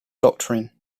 doctrine